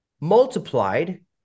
Multiplied